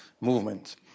movement